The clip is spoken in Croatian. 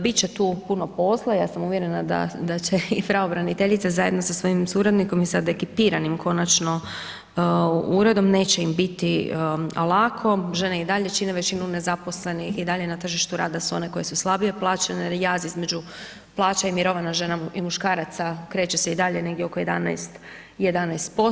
Bit će tu puno posla, ja sam uvjerena da će i pravobraniteljica zajedno sa svojim suradnikom i sad ekipiranim konačno uredom, neće im biti lako, žene i dalje čine većinu nezaposlenih, i dalje na tržištu rada sve one koje su slabije plaćene jer jaz između plaća i mirovina žena i muškaraca kreće se i dalje negdje oko 11%